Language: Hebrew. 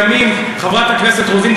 חברת הכנסת רוזין,